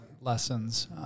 lessons